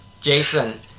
Jason